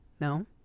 no